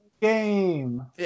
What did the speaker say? game